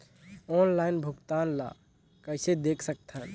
Online भुगतान ल कइसे देख सकथन?